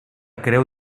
creu